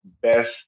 best